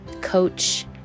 coach